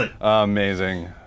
Amazing